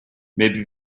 maybe